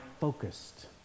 focused